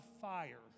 fire